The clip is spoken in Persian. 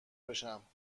بشم